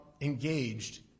engaged